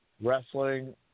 wrestling